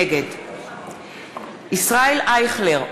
נגד ישראל אייכלר,